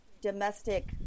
domestic